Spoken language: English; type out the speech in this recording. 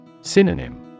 Synonym